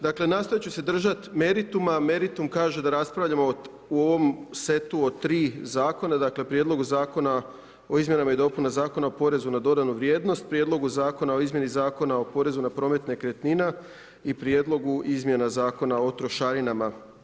Dakle nastojat ću se držati merituma, meritum kaže da raspravljamo u ovom setu o 3 zakona, dakle Prijedlogu zakona o izmjenama i dopunama Zakona o porezu na dodanu vrijednost, Prijedlogu zakona o izmjeni Zakona o promet nekretnina i Prijedlogu izmjena Zakona o trošarinama.